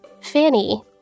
Fanny